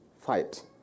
fight